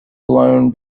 blown